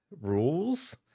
rules